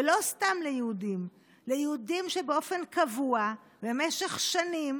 ולא סתם ליהודים ליהודים שבאופן קבוע במשך שנים